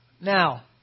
Now